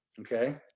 Okay